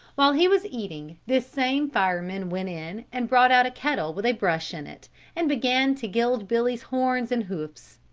while he was eating this same fireman went in and brought out a kettle with a brush in it and began to gild billy's horns and hoofs.